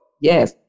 Yes